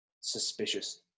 suspicious